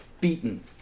beaten